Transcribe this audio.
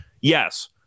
Yes